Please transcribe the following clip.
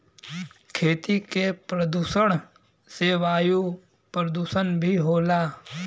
खेती के प्रदुषण से वायु परदुसन भी होला